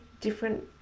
different